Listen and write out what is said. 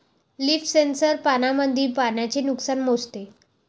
leaf sensor पानांमधील पाण्याचे नुकसान मोजते